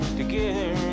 together